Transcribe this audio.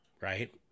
Right